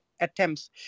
attempts